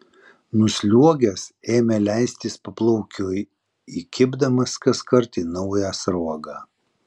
nusliuogęs ėmė leistis paplaukiui įkibdamas kaskart į naują sruogą